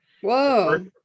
Whoa